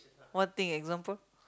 what thing example